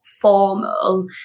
formal